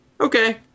okay